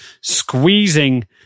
squeezing